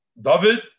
David